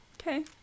Okay